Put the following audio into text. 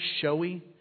showy